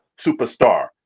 superstar